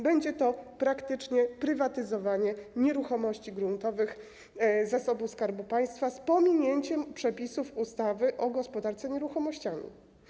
Będzie to praktycznie prywatyzowanie nieruchomości gruntowych zasobu Skarbu Państwa z pominięciem przepisów ustawy o gospodarce nieruchomościami.